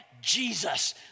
Jesus